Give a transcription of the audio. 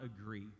agree